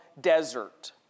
desert